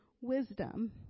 wisdom